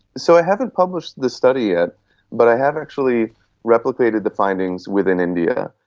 so i haven't published this study yet but i have actually replicated the findings within india.